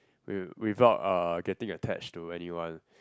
with without uh getting attached to anyone